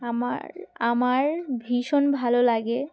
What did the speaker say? আমার আমার ভীষণ ভালো লাগে